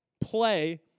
play